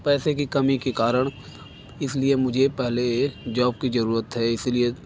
पैसे की कमी के कारण इस लिए मुझे पहले जौब की ज़रूरत है इसी लिए